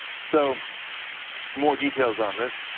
so more details on this.